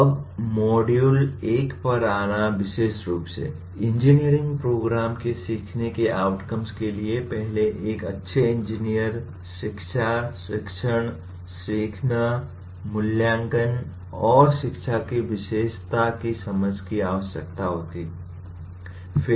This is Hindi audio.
अब मॉड्यूल 1 पर आना विशेष रूप से इंजीनियरिंग प्रोग्राम के सीखने के आउटकम के लिए पहले एक अच्छे इंजीनियर शिक्षा शिक्षण सीखना मूल्यांकन और शिक्षा की विशेषता की समझ की आवश्यकता होती है